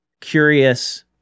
curious